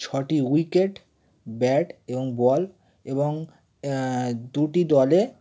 ছটি wicket bat এবং ball এবং দুটি দলে